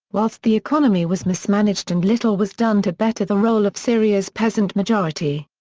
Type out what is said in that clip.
whilst the economy was mismanaged and little was done to better the role of syria's peasant majority.